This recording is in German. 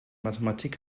mathematik